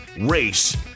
race